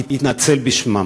התנצל בשמם.